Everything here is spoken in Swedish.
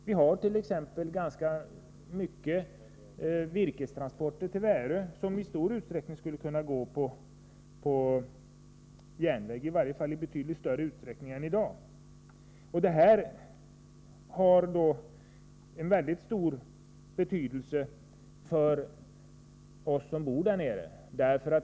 Vi har t.ex. ganska omfattande virkestransporter till Värö som i stor utsträckning skulle kunna gå på järnväg, i varje fall i betydligt större utsträckning än i dag. Detta har mycket stor betydelse för oss som bor i området.